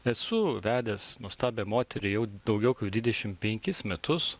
esu vedęs nuostabią moterį jau daugiau kaip dvidešimt penkis metus